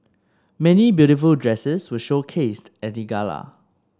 many beautiful dresses were showcased at the gala